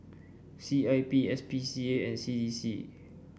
C I P S P C A and C D C